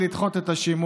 פרסונלי, לדחות את השימוע,